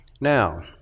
now